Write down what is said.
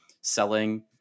selling